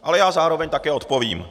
Ale já zároveň také odpovím.